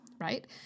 right